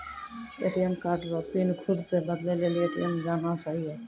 ATM card रो pin खुद से बदलै लेली ए.टी.एम जाना चाहियो